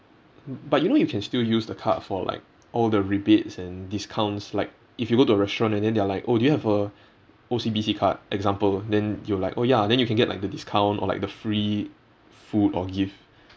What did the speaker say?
but you know you can still use the card for like all the rebates and discounts like if you go to a restaurant and then they're like oh do you have a O_C_B_C card example then they'll like oh ya then you can get like the discount or like the free food or gift